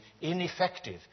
ineffective